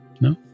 No